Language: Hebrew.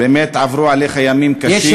באמת עברו עליך ימים קשים.